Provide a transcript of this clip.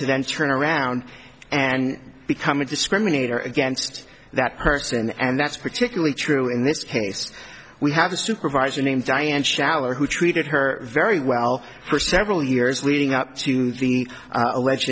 to then turn around and become a discriminator against that person and that's particularly true in this case we have a supervisor named diane shallow who treated her very well for several years leading up to the a